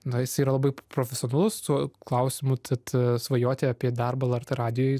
na jis yra labai profesionalus tuo klausimu tad svajoti apie darbąlrt radijuj